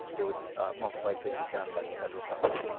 it would most likely be done by the federal government.